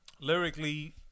Lyrically